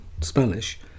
Spanish